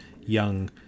young